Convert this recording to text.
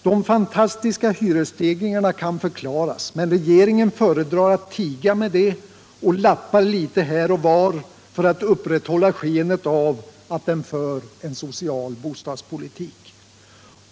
De fantastiska hyresstegringarna kan förklaras, men regeringen föredrar att tiga med det och lappar litet här och var för att upprätthålla skenet av att den för en social bostadspolitik.